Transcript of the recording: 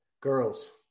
girls